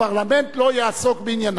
הפרלמנט לא יעסוק בענייניו.